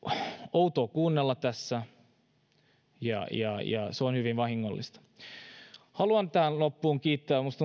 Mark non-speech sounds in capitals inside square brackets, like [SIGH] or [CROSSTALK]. outoa kuunnella tässä ja ja se on hyvin vahingollista haluan tähän loppuun kiittää minusta [UNINTELLIGIBLE]